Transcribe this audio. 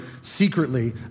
secretly